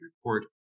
report